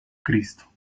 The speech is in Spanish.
cristo